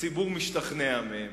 הציבור משתכנע מהם.